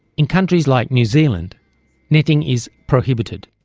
in countries like new zealand netting is prohibited.